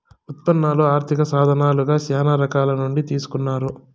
ఉత్పన్నాలు ఆర్థిక సాధనాలుగా శ్యానా రకాల నుండి తీసుకున్నారు